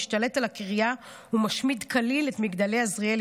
משתלט על הקריה ומשמיד כליל את מגדלי עזריאלי,